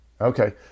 Okay